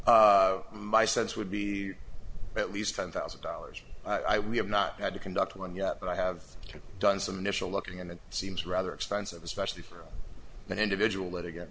my sense would be at least ten thousand dollars i we have no not had to conduct one yet but i have done some initial looking and it seems rather expensive especially for an individual